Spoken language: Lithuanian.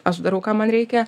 aš darau ką man reikia